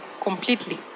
completely